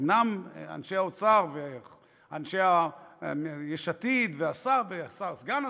אומנם אנשי האוצר ואנשי יש עתיד והשר וסגן השר,